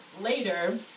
later